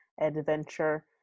adventure